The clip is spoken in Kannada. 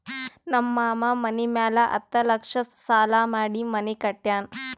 ನಮ್ ಮಾಮಾ ಮನಿ ಮ್ಯಾಲ ಹತ್ತ್ ಲಕ್ಷ ಸಾಲಾ ಮಾಡಿ ಮನಿ ಕಟ್ಯಾನ್